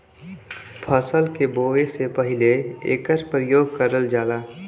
फसल के बोवे से पहिले एकर परियोग करल जाला